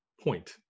point